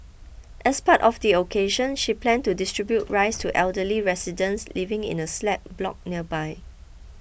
as part of the occasion she planned to distribute rice to elderly residents living in a slab block nearby